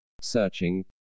Searching